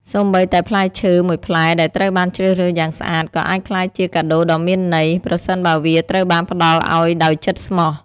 សូម្បីតែផ្លែឈើមួយផ្លែដែលត្រូវបានជ្រើសរើសយ៉ាងស្អាត ក៏អាចក្លាយជាកាដូដ៏មានន័យ ប្រសិនបើវាត្រូវបានផ្ដល់ឱ្យដោយចិត្តស្មោះ។